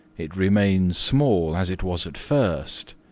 it remains small as it was at first,